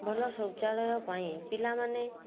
ଭଲ ଶୌଚାଳୟ ପାଇଁ ପିଲାମାନେ